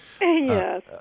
Yes